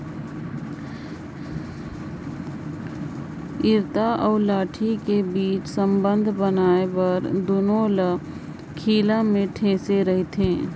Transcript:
इरता अउ लाठी कर बीच संबंध बनाए बर दूनो ल खीला मे ठेसे रहथे